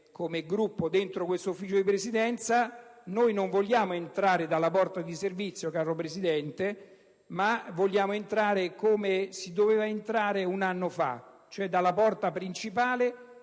sarà rappresentato in Consiglio di Presidenza. Ma noi non vogliamo entrare dalla porta di servizio, caro Presidente: noi vogliamo entrare come si doveva entrare un anno fa, cioè dalla porta principale